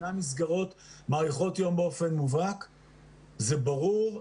זה ברור.